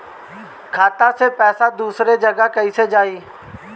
खाता से पैसा दूसर जगह कईसे जाई?